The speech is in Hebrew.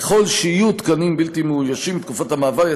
ככל שיהיו תקנים בלתי מאוישים בתקופת המעבר,